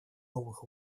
новых